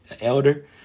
elder